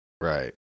Right